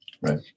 Right